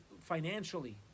financially